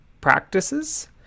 Practices